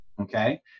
okay